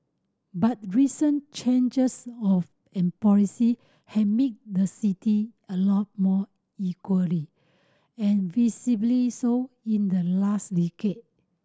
but recent changes of in policy have made the city a lot more equally and visibly so in the last decade